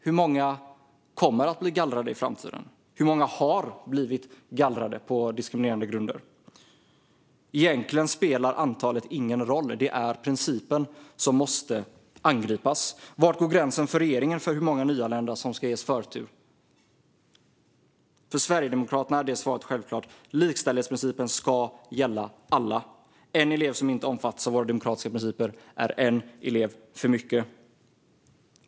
Hur många kommer att bli gallrade i framtiden? Hur många har blivit gallrade på diskriminerande grunder? Egentligen spelar antalet ingen roll, utan det är principen som måste angripas. Var går gränsen för regeringen för hur många nyanlända som ska ges förtur? För Sverigedemokraterna är svaret självklart: Likställighetsprincipen ska gälla alla. En elev som inte omfattas av våra demokratiska principer är en elev för mycket.